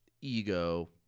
ego